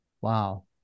Wow